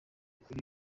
kuri